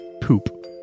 Poop